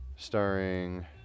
Starring